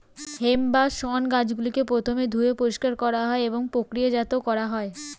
hemp বা শণ গাছগুলিকে প্রথমে ধুয়ে পরিষ্কার করা হয় এবং প্রক্রিয়াজাত করা হয়